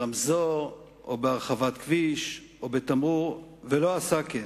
ברמזור או בהרחבת כביש או בתמרור לא עשה כן,